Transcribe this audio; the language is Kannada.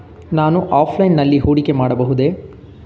ನಾವು ಆಫ್ಲೈನ್ ನಲ್ಲಿ ಹೂಡಿಕೆ ಮಾಡಬಹುದೇ?